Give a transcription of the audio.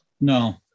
No